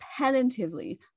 repetitively